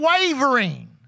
wavering